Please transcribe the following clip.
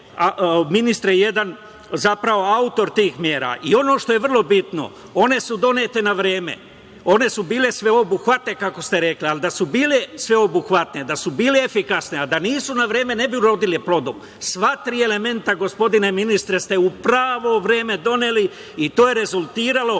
ministre jedan od autora tih mera. Ono što je vrlo bitno one su donete na vreme, one su bile sveobuhvatne kako ste rekli, ali da su bile sveobuhvatne, da su bile efikasne, a da nisu na vreme ne bi urodile plodom. Sva tri elementa gospodine ministre ste u pravo vreme doneli i to je rezultiralo